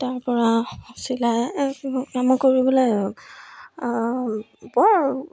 তাৰ পৰা চিলাই কামো কৰিবলৈ বৰ